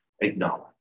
acknowledge